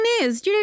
news